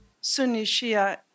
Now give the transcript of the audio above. Sunni-Shia